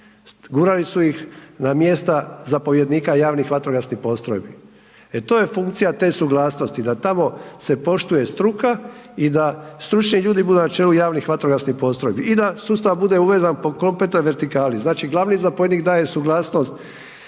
gurali su ih na mjesta zapovjednika javnih vatrogasnih postrojbi. E to je funkcija te suglasnosti da tamo se poštuje struka i da stručni ljudi budu na čelu javnih vatrogasnih postrojbi i da sustav bude uvezan po kompletnoj vertikali. Znači glavni zapovjednik daje suglasnost